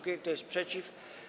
Kto jest przeciw?